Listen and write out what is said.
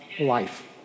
life